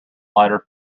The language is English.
lighter